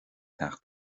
teacht